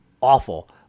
awful